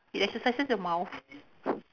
it exercises your mouth